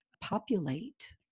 populate